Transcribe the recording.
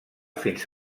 fins